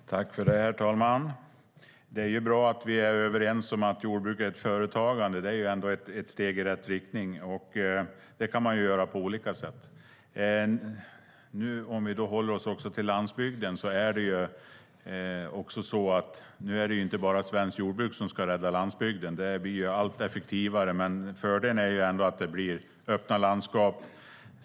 STYLEREF Kantrubrik \* MERGEFORMAT Areella näringar, landsbygd och livsmedelOm vi håller oss till landsbygden är det inte bara svenskt jordbruk som ska rädda landsbygden. Det blir allt effektivare. Fördelen är att det blir öppna landskap.